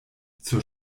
zur